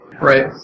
Right